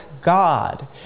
God